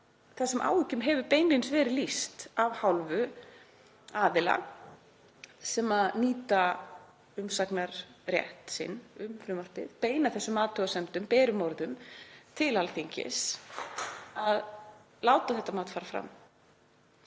þessum áhyggjum hefur beinlínis verið lýst af hálfu aðila sem nýta umsagnarrétt sinn um frumvarpið, beina þessum athugasemdum með berum orðum til Alþingis um að láta þetta mat fara fram.